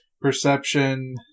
perception